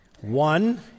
One